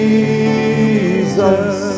Jesus